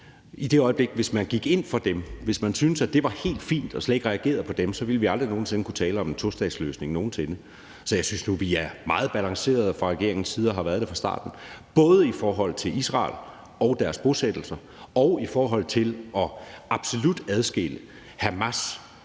i det øjeblik man gik ind for dem. Hvis man syntes, at det var helt fint og slet ikke reagerede på dem, ville vi aldrig nogen sinde kunne tale om en tostatsløsning. Så jeg synes nu, vi er meget balancerede fra regeringens side og har været det fra starten, både i forhold til Israel og deres bosættelser og i forhold til absolut at adskille Hamas